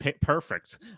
perfect